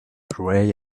gray